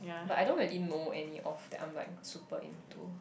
but I don't really know any of that I'm like super into